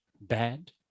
bad